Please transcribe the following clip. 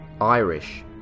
Irish